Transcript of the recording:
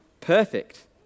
perfect